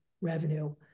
revenue